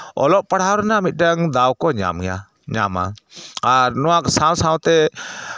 ᱚᱞᱚᱜ ᱯᱟᱲᱦᱟᱣ ᱨᱮᱱᱟᱜ ᱢᱤᱫᱴᱟᱱ ᱫᱟᱣ ᱠᱚ ᱧᱟᱢᱟ ᱟᱨ ᱱᱚᱣᱟ ᱥᱟᱶ ᱥᱟᱶᱛᱮ